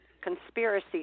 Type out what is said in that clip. conspiracy